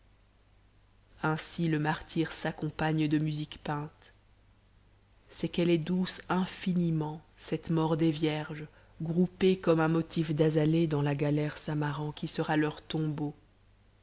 ainsi le martyre s'accompagne de musiques peintes c'est qu'elle est douce infiniment cette mort des vierges groupées comme un motif d'azalées dans la galère s'amarrant qui sera leur tombeau